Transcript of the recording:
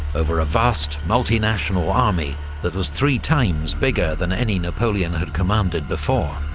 over a vast, multi-national army that was three times bigger than any napoleon had commanded before.